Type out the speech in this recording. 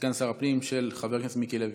שר הפנים, של חבר הכנסת מיקי לוי.